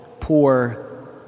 Poor